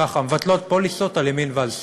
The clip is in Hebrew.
ככה, מבטלות פוליסות על ימין ועל שמאל.